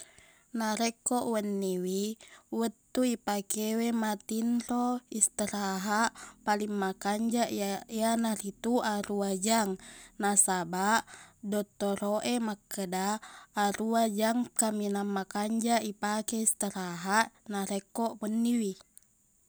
Narekko wenniwi wettu ipakewe matinro istirahat paling makanjaq iya- iyanaritu arua jang nasabaq dottoroq e makkeda aruwa jang kaminang makanjaq ipake istirahat narekko wenniwi